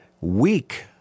weak